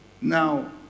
Now